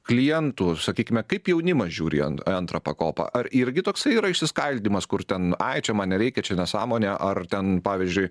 klientų sakykime kaip jaunimas žiūri į į antrą pakopą ar irgi toksai yra išsiskaldymas kur ten ai čia man nereikia čia nesąmonė ar ten pavyzdžiui